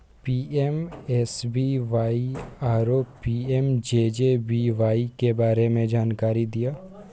PMSBY आरो PMJJBY के बारे मे जानकारी दिय?